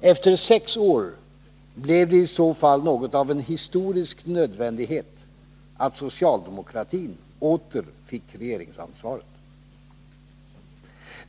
Efter sex år blev det i så fall något av en historisk nödvändighet att socialdemokratin åter fick regeringsansvaret.